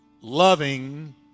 loving